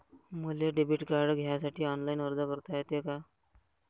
मले debit card घ्यासाठी online अर्ज करता येते का?